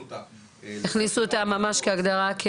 אותה --- הכניסו אותה ממש כהגדרה.